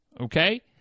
okay